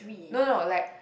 no no like